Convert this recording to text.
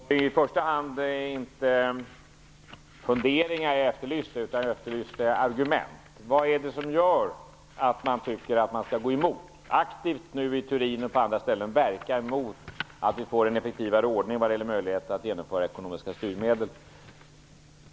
Herr talman! I första hand var det inte funderingar jag efterlyste, utan jag efterlyste argument. Vad är det som gör att man tycker att man skall gå emot - aktivt nu i Turin och på andra ställen - och verka emot att vi får en effektivare ordning vad gäller möjligheterna att genomföra ekonomiska styrmedel?